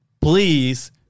please